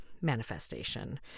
manifestation